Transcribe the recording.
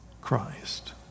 Christ